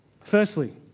Firstly